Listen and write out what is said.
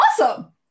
awesome